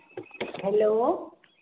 hello